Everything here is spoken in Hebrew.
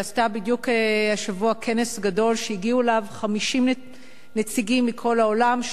שעשתה בדיוק השבוע כנס גדול שהגיעו אליו 50 נציגים מכל העולם.